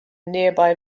nearby